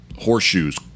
horseshoes